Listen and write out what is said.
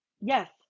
Yes